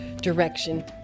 direction